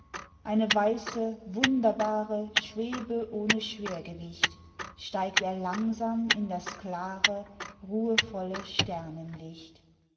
eine weiße wunderbare schwebe ohne schwergewicht steigt er langsam in das klare ruhevolle